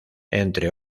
entre